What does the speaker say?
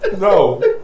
No